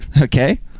Okay